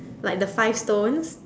like the five stones